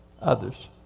Others